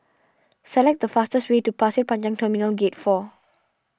select the fastest way to Pasir Panjang Terminal Gate four